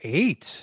eight